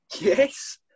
Yes